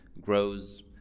grows